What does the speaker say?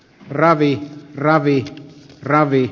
ravi ravit ravit